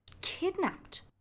kidnapped